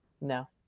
No